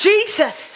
Jesus